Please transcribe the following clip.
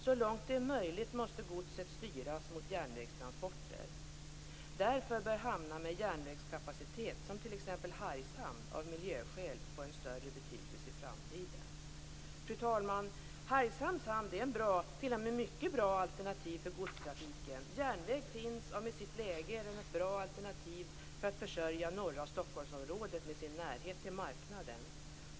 Så långt det är möjligt måste godset styras mot järnvägstransporter. Därför bör hamnar med järnvägskapacitet, som t ex Hargshamn, av miljöskäl få en större betydelse i framtiden." Fru talman! Hargshamns hamn är ett bra - t.o.m. mycket bra - alternativ för godstrafiken. Järnväg finns och med sitt läge och närhet till marknaden är den ett bra alternativ för att försörja norra Stockholmsområdet.